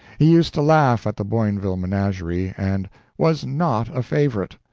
he used to laugh at the boinville menagerie, and was not a favorite.